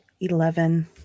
eleven